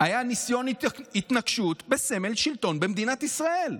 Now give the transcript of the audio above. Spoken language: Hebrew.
היה ניסיון התנקשות בסמל שלטון במדינת ישראל,